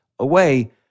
Away